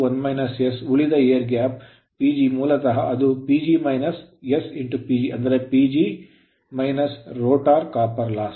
ಮೂಲತಃ ಅದು ಅಂದರೆ PG - rotor copper loss rotor ತಾಮ್ರ ನಷ್ಟ